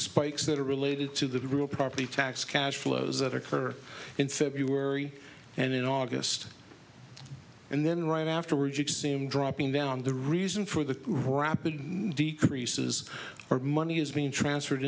spikes that are related to the group property tax cash flows that occur in february and in august and then right afterward you can see i'm dropping down the reason for the rapid decreases are money is being transferred